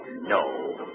No